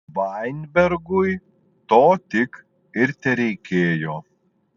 vainbergui to tik ir tereikėjo